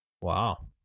Wow